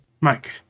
Mike